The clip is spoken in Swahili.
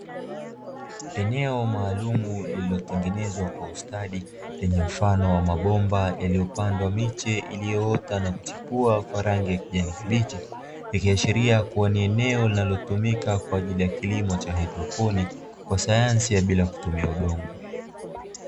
Eneo maalum lililotengenezwa kwa ustadi, lenye mfano wa mabomba yaliyopandwa miche iliyoota na kuchipua kwa rangi ya kijani kibichi, ikiashiria kuwa ni eneo linalotumika kwa ajili ya kilimo cha hydroponi, kwa sayansi ya bila kutumia udongo.